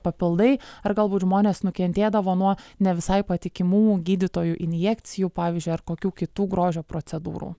papildai ar galbūt žmonės nukentėdavo nuo ne visai patikimų gydytojų injekcijų pavyzdžiui ar kokių kitų grožio procedūrų